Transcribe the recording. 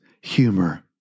humor